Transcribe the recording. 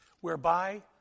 whereby